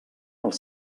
els